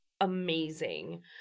amazing